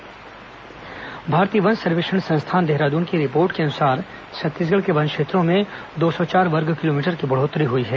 one सर्वेक्षण report भारतीय वन सर्वेक्षण संस्थान देहरादून की रिपोर्ट के अनुसार छत्तीसगढ़ के वन क्षेत्रों में दो सौ चार वर्ग किलोमीटर की बढ़ोत्तरी हुई है